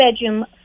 bedroom